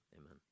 Amen